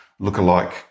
lookalike